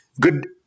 good